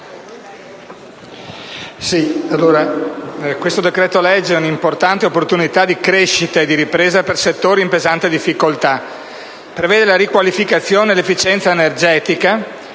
Presidente, questo decreto-legge è un'importante opportunità di crescita e di ripresa per settori in pesante difficoltà. Esso prevede la riqualificazione e l'efficienza energetica